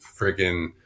freaking